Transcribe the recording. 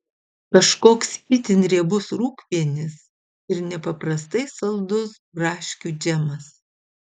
kažkoks itin riebus rūgpienis ir nepaprastai saldus braškių džemas